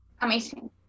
amazing